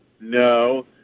No